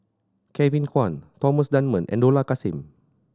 Kevin Kwan Thomas Dunman and Dollah Kassim